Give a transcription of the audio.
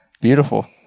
Beautiful